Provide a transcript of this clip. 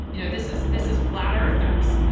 you know, this is this is flat earthers.